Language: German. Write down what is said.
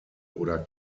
oder